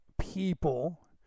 people